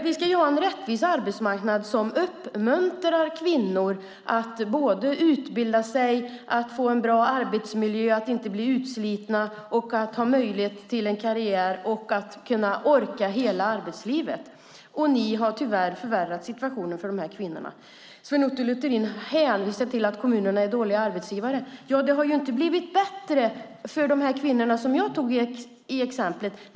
Vi ska ha en rättvis arbetsmarknad som uppmuntrar kvinnor att utbilda sig. De ska få en bra arbetsmiljö, inte bli utslitna, ha möjlighet till en karriär och kunna orka hela arbetslivet. Ni har tyvärr förvärrat situationen för de här kvinnorna. Sven Otto Littorin hänvisar till att kommunerna är dåliga arbetsgivare. Det har inte blivit bättre för de kvinnor som jag tog upp i exemplet.